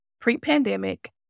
pre-pandemic